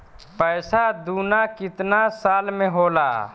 पैसा दूना कितना साल मे होला?